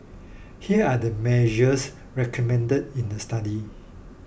here are the measures recommended in the study